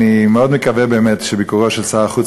אני מאוד מקווה באמת שביקורו של שר החוץ